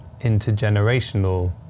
intergenerational